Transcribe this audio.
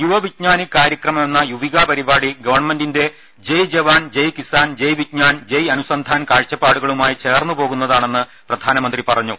യുവ വിജ്ഞാനിക് കാര്യക്രം എന്ന യുവിക പരിപാടി ഗവൺമെന്റിന്റെ ജയ് ജവാൻ ജയ് കിസാൻ ജയ് വിജ്ഞാൻ ജയ് അനുസന്ധാൻ കാഴ്ചപ്പാടു കളുമായി ചേർന്നുപോകുന്നതാണെന്ന് പ്രധാനമന്ത്രി പറഞ്ഞു